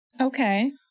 Okay